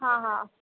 हां हां